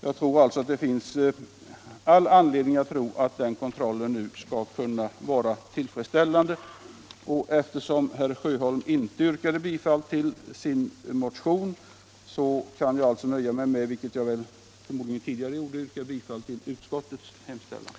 Det finns alltså all anledning att förutsätta att den kontrollen nu skall vara tillfredsställande. Jag yrkar alltså bifall till utskottets hemställan.